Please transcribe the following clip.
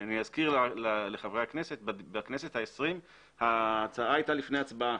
אני אזכיר לחברי הכנסת שבכנסת העשרים ההצעה הייתה לפני הצבעה.